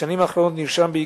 בשנים האחרונות הממשלה מממנת